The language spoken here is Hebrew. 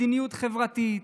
מדיניות חברתית.